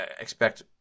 expect